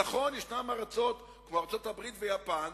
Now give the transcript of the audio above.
נכון, יש ארצות כמו ארצות-הברית ויפן,